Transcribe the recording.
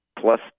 plus